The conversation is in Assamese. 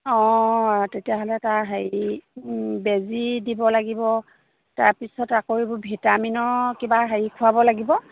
অঁ তেতিয়াহ'লে তাৰ হেৰি বেজি দিব লাগিব তাৰপিছত আকৌ এইবোৰ ভিটামিনৰ কিবা হেৰি খোৱাব লাগিব